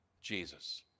Jesus